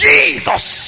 Jesus